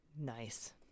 Nice